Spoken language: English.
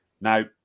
Now